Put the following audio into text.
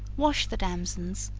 wash the damsons,